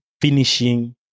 finishing